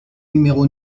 numéro